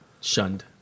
Shunned